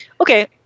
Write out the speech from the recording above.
Okay